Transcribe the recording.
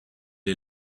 est